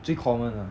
最 common lah